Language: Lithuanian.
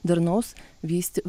darnaus vysty